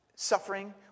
Suffering